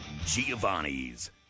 Giovanni's